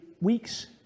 weeks